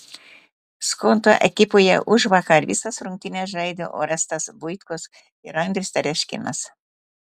skonto ekipoje užvakar visas rungtynes žaidė orestas buitkus ir andrius tereškinas